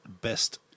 best